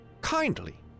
kindly